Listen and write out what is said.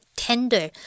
tender